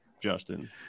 Justin